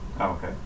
Okay